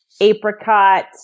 apricot